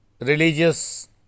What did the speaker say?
religious